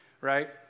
right